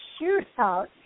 shootout